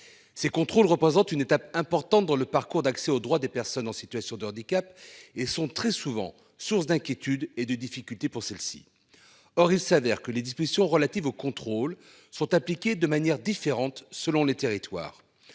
Ces contrôles représente une étape importante dans le parcours d'accès aux droits des personnes en situation de handicap et sont très souvent source d'inquiétude et de difficulté pour celle-ci. Or il s'avère que les dispositions relatives aux contrôles sont appliquées de manière différente selon les territoires.